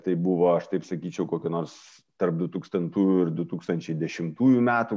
tai buvo aš taip sakyčiau kokio nors tarp dutūkstantųjų ir du tūkstančiai dešimtųjų metų